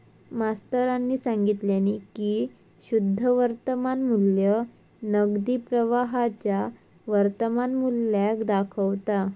मास्तरानी सांगितल्यानी की शुद्ध वर्तमान मू्ल्य नगदी प्रवाहाच्या वर्तमान मुल्याक दाखवता